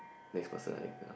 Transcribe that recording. next person ah I think yeah